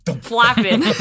flapping